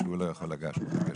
כשהוא לא יכול לגשת אליהם?